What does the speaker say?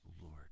Lord